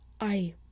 I-